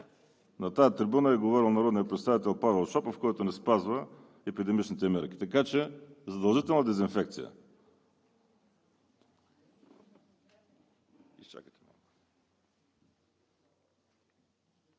На тази трибуна е говорил народният представител Павел Шопов, който не спазва епидемичните мерки, така че задължителна дезинфекция!